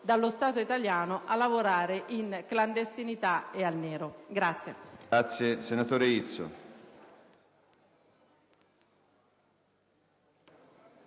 dallo Stato italiano a lavorare in clandestinità e in nero.